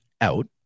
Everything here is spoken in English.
out